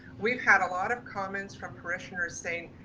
we've had a lot of comments from parishioners saying,